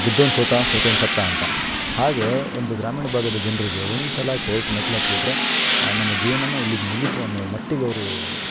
ಗೆದ್ದೋನು ಸೋತ ಸೋತೋನು ಸತ್ತ ಅಂತ ಹಾಗೆಯೇ ಒಂದು ಗ್ರಾಮೀಣ ಭಾಗದ ಜನರಿಗೆ ಒಂದ್ಸಲ ಕೋರ್ಟ್ ಮೆಟ್ಲು ಹತ್ತಿಬಿಟ್ರೆ ನಮ್ಮ ಜೀವನನೇ ಇಲ್ಲಿಗೆ ಮುಗಿತು ಅನ್ನೋ ಮಟ್ಟಿಗವರು